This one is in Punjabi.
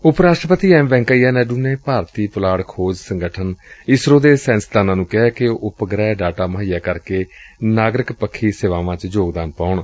ਉਪ ਰਾਸ਼ਟਰਪਤੀ ਐਮ ਵੈਂਕਈਆ ਨਾਇਡੂ ਨੇ ਭਾਰਤੀ ਪੁਲਾਤ ਖੋਜ ਸੰਗਠਨ ਇਸਰੋ ਦੇ ਸਾਇੰਸਦਾਨਾਂ ਨੂੰ ਕਿਹੈ ਕਿ ਉਹ ਉਪ ਗ੍ਰਹਿ ਡਾਟਾ ਮੁਹੱਈਆ ਕਰਕੇ ਨਾਗਰਿਕ ਪੱਖੀ ਸੇਵਾਵਾਂ ਚ ਯੋਗਦਾਨ ਪਾਉਣ